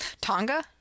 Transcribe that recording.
Tonga